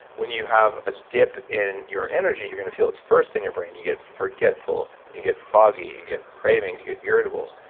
when you have a dip in your energy, you're going to feel it first in your brain. you get forgetful. you get foggy. you get cravings, you get irritable.